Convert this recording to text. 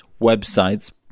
websites